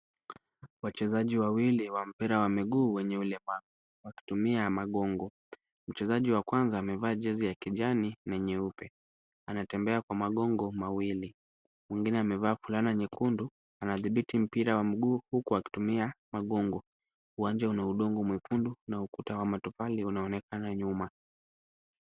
Wachezaji wawili wa mpira wa miguu wenye ulemavu wakitumia magongo. Mchezaji wa kwanza amevaa jezi ya kijani na nyeupe, anatembea kwa magongo mawili. Mwengine amevaa fulana nyekundu anadhibiti mpira wa mguu huku akitumia magongo. Uwanja una udongo mwekundu na ukuta wa matofali unaonekana nyuma.